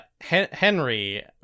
Henry